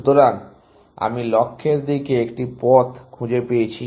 সুতরাং আমি লক্ষ্যের দিকে একটি পথ খুঁজে পেয়েছি